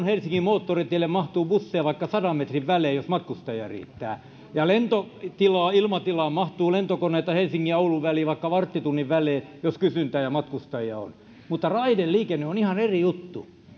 helsinki moottoritielle mahtuu busseja vaikka sadan metrin välein jos matkustajia riittää ja ilmatilaan mahtuu lentokoneita helsingin ja oulun väliin vaikka varttitunnin välein jos kysyntää ja matkustajia on mutta raideliikenne on ihan eri juttu